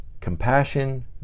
compassion